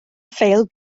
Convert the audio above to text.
ffeil